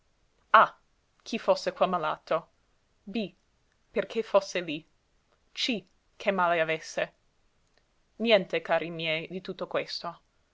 a chi fosse quel malato b perché fosse lí c che male avesse niente cari miei di tutto questo